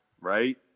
right